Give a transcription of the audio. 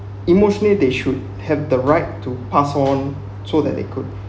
emotionally they should have the right to pass on so that they could